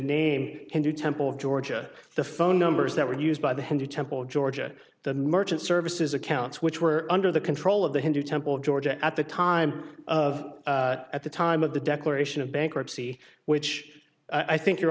name hindu temple of georgia the phone numbers that were used by the hindu temple ga the merchant services accounts which were under the control of the hindu temple georgia at the time of at the time of the declaration of bankruptcy which i think your